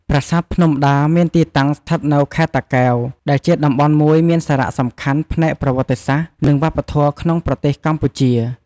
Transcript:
ប្រាសាទភ្នំដា មានទីតាំងស្ថិតនៅ ខេត្តតាកែវ ដែលជាតំបន់មួយមានសារៈសំខាន់ផ្នែកប្រវត្តិសាស្ត្រ និងវប្បធម៌ក្នុងប្រទេសកម្ពុជា។